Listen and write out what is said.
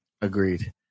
agreed